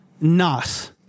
Nas